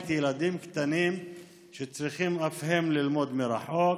ילדים קטנים שצריכים אף הם ללמוד מרחוק,